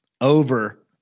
over